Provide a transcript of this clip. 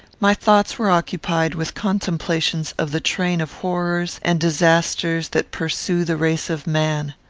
my thoughts were occupied with contemplations of the train of horrors and disasters that pursue the race of man.